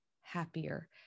happier